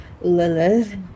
Lilith